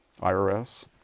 IRS